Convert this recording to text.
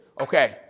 Okay